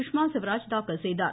சுஷ்மா ஸ்வராஜ் தாக்கல் செய்தார்